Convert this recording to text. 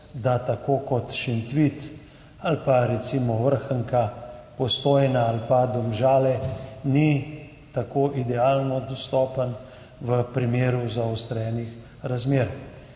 da tako kot Šentvid ali pa recimo Vrhnika, Postojna ali pa Domžale, ni tako idealno dostopen v primeru zaostrenih razmer.